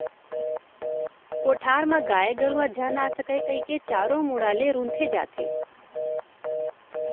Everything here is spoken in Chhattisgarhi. कोठार म गाय गरूवा झन आ सकय कइके चारों मुड़ा ले रूंथे जाथे